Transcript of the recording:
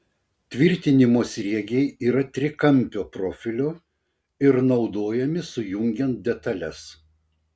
tvirtinimo sriegiai yra trikampio profilio ir naudojami sujungiant detales